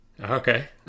Okay